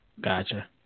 gotcha